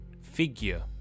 Figure